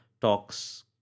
talks